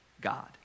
God